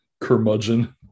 Curmudgeon